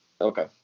Okay